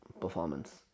performance